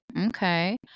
okay